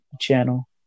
Channel